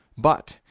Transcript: but,